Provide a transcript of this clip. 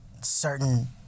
certain